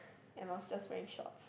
and I was just wearing shorts